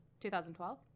2012